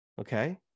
Okay